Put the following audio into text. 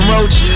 Roach